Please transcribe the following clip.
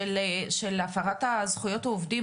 של הפרת זכויות העובדים.